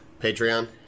Patreon